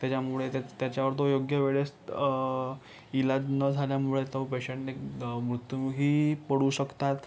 त्याच्यामुळे त्य त्याच्यावर तो योग्यवेळेस इलाज न झाल्यामुळे तो पेशंट एक मृत्यूमुखीही पडू शकतात